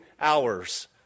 hours